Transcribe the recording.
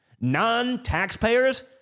non-taxpayers